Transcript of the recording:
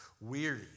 weary